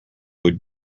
would